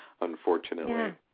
unfortunately